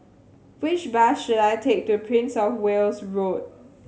which bus should I take to Princess Of Wales Road